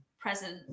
present